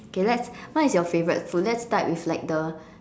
okay let's what is your favourite food let's start with like the